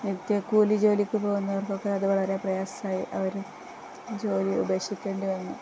നിത്യക്കൂലി ജോലിക്കു പോകുന്നവർക്കൊക്കെ അതു വളരെ പ്രയാസമായി അവര് ജോലി ഉപേക്ഷിക്കേണ്ടിവന്നു